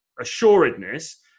assuredness